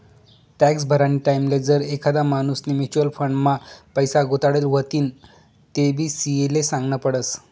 tax भरानी टाईमले जर एखादा माणूसनी म्युच्युअल फंड मा पैसा गुताडेल व्हतीन तेबी सी.ए ले सागनं पडस